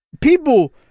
people